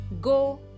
go